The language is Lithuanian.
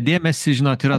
dėmesį žinot yra